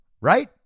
right